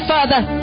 Father